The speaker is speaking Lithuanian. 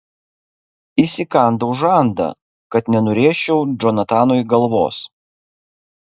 įsikandau žandą kad nenurėžčiau džonatanui galvos